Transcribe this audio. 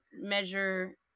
measure